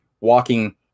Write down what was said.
walking